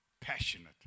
passionate